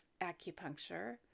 acupuncture